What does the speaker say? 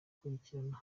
kubikurikirana